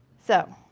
so.